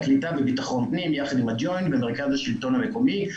הקליטה וביטחון פנים יחד עם הג'וינט ומרכז השלטון המקומי.